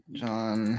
john